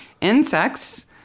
insects